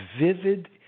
vivid